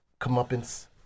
comeuppance